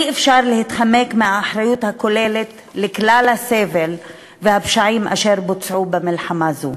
אי-אפשר להתחמק מהאחריות הכוללת לכלל הסבל והפשעים אשר בוצעו במלחמה זו.